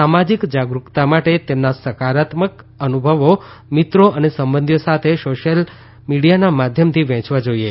સામાજીક જાગૃકતા તેમના સકારાત્મક અનુભવો મિત્રો અને સંબંધીઓ સાથે સોશ્યલ મીડીયાના માધ્યમથી વહેંચવા જોઇએ